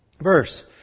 Verse